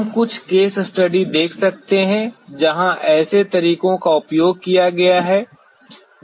हम कुछ case study देख सकते हैं जहां ऐसे तरीकों का उपयोग किया गया है